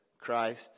Christ